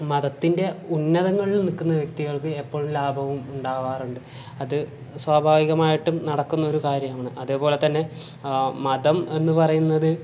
മതത്തിൻ്റെ ഉന്നതങ്ങളിൽ നിൽക്കുന്ന വ്യക്തികൾക്ക് എപ്പോഴും ലാഭവും ഉണ്ടാവാറുണ്ട് അത് സ്വാഭാവികമായിട്ടും നടക്കുന്ന ഒരു കാര്യമാണ് അതേപോല തന്നെ മതം എന്ന് പറയുന്നത്